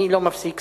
אני לא מפסיק שר,